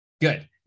good